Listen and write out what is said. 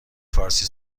فارسی